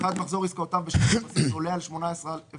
(1)מחזור עסקאותיו בשנת הבסיס עולה על 18 אלף